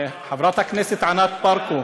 חברת הכנסת ענת ברקו,